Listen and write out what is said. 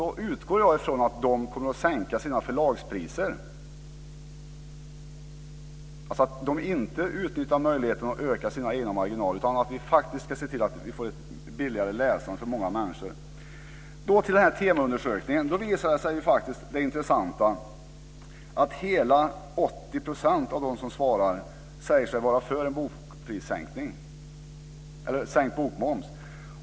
Då utgår jag ifrån att de kommer att sänka sina förlagspriser, dvs. att de inte utnyttjar möjligheten att öka sina egna marginaler utan att vi faktiskt kan se till att få ett billigare läsande för många människor. I den TEMO-undersökning jag nämnde visar sig det intressanta att hela 80 % av dem som svarar säger sig vara för sänkt bokmoms.